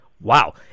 wow